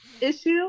issue